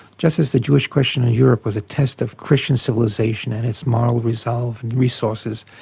just as the jewish question in europe was a test of christian civilisation and its moral resolve and resources,